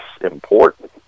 important